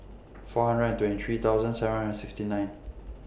four hundred and twenty three thousand seven hundred and sixty nine